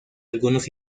algunos